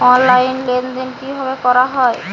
Online লেনদেন কিভাবে করা হয়?